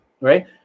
right